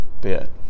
bit